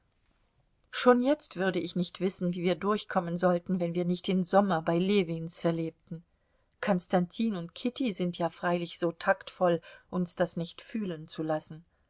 schon jetzt würde ich nicht wissen wie wir durchkommen sollten wenn wir nicht den sommer bei ljewins verlebten konstantin und kitty sind ja freilich so taktvoll uns das nicht fühlen zu lassen